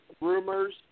rumors –